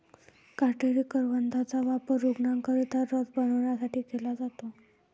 काटेरी करवंदाचा वापर रूग्णांकरिता रस बनवण्यासाठी केला जातो